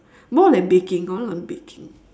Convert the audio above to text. more like baking I want to learn baking